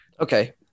okay